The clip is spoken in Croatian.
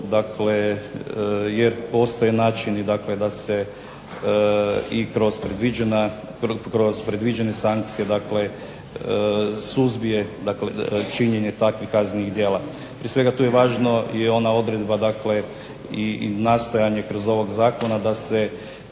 jer postoje načini da se i kroz predviđene sankcije suzbije činjenje takvih kaznenih djela. Prije svega tu je važna i ona odredba i nastojanje kroz ovaj zakon da se